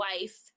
wife